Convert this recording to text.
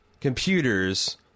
computers